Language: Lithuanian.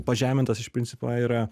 pažemintas iš principo yra